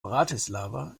bratislava